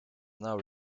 now